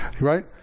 Right